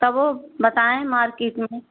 तबो बताएँ मार्किट में